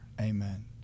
Amen